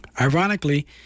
Ironically